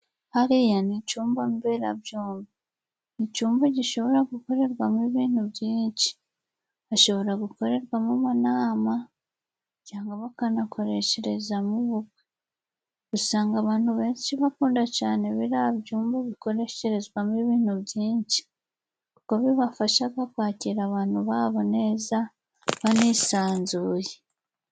Hariya ni icyumba mberabyombi. Ni icyumba gishobora gukorerwamo ibintu byinshi. Hashobora gukorerwamo inama, cyangwa bakanakoresherezamo ubukwe. Usanga abantu benshi bakunda cyane biriya byumba bikoresherezwamo ibintu byinshi. Kuko bibafasha kwakira abantu ba bo neza, banisanzuye.